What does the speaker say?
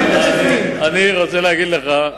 אני רוצה להגיד לך,